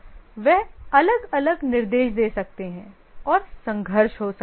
वे अलग अलग निर्देश दे सकते हैं और संघर्ष हो सकता है